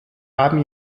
haben